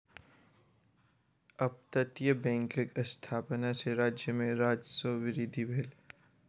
अपतटीय बैंकक स्थापना सॅ राज्य में राजस्व वृद्धि भेल